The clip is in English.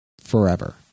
forever